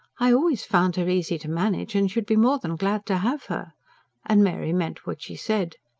i always found her easy to manage, and should be more than glad to have her and mary meant what she said.